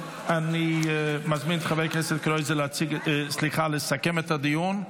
אני מזמין את חבר הכנסת קרויזר לסכם את הדיון.